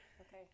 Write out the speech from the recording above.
Okay